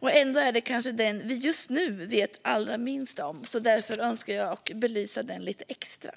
men ändå är det kanske den vi vet allra minst om just nu. Därför önskar jag belysa den lite extra.